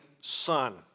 son